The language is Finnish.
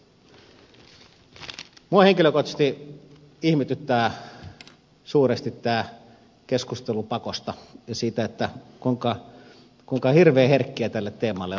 minua henkilökohtaisesti ihmetyttää suuresti tämä keskustelu pakosta ja se kuinka hirveän herkkiä tälle teemalle ollaan täällä